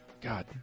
God